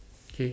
K